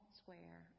square